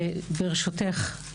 ברשותך,